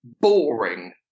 boring